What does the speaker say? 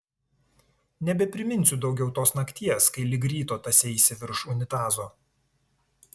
nebepriminsiu daugiau tos nakties kai lig ryto tąseisi virš unitazo